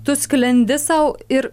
tu sklendi sau ir